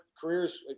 careers